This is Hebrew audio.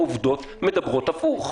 העובדות מדברות הפוך.